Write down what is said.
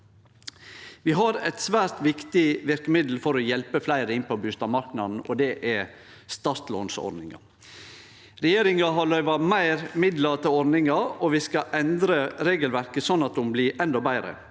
Vi har eit svært viktig verkemiddel for å hjelpe fleire inn på bustadmarknaden, og det er startlånsordninga. Regjeringa har løyvd meir midlar til ordninga, og vi skal endre regelverket slik at ho blir endå betre.